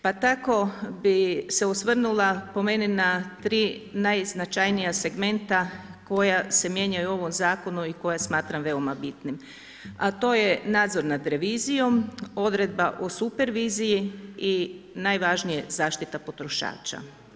Pa tako bi se osvrnula po meni na tri najznačajnija segmenta koja se mijenjaju u ovom zakonu i koja smatram veoma bitnim, a to je nadzor nad revizijom, odredba o superviziji i najvažnije zaštita potrošača.